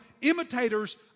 imitators